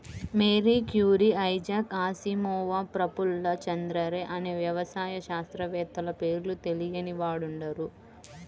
Mary Curie, Isaac Asimov, Prafulla Chandra Ray అనే వ్యవసాయ శాస్త్రవేత్తల పేర్లు తెలియని వారుండరు